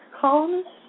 colonists